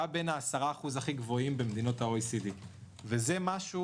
היה בין 10% הכי גבוהים במדינות OECD. וזה משהו